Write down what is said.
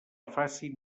facin